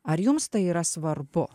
ar jums tai yra svarbu